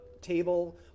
table